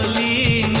the